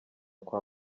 kwa